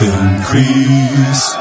increase